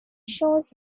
shows